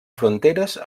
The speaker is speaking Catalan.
fronteres